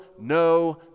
no